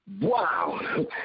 Wow